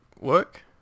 work